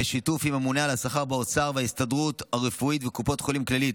בשיתוף עם הממונה על השכר באוצר וההסתדרות הרפואית וקופת חולים כללית,